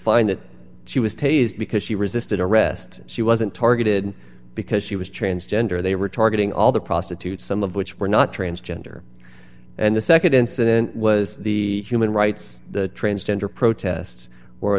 find that she was tasered because she resisted arrest she wasn't targeted because she was transgender they were targeting all the prostitutes some of which were not transgender and the nd incident was the human rights the transgender protests or